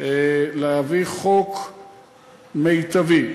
להביא חוק מיטבי.